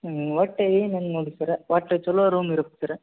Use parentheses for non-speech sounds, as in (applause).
ಹ್ಞೂ ಒಟ್ಟು (unintelligible) ನೋಡಿ ಸರ್ ಒಟ್ಟು ಚಲೋ ರೂಮ್ ಇರ್ಬೇಕು ಸರ್